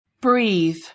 breathe